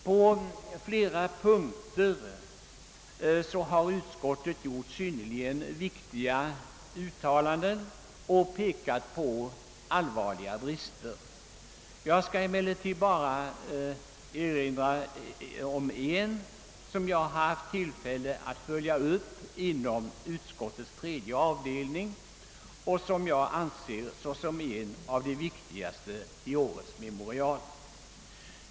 På flera punkter har utskottet gjort synnerligen viktiga uttalanden och pekat på allvarliga brister. Jag skall emellertid endast erinra om en, som jag haft tillfälle att följa upp inom utskottets tredje avdelning och som jag anser vara en av de viktigaste i årets memorial.